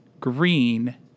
green